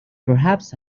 perhaps